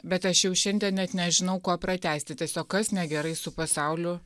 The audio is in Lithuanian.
bet aš jau šiandien net nežinau kuo pratęsti tiesiog kas negerai su pasauliu